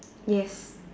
yes